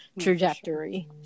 trajectory